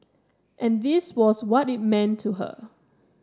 and this was what it meant to her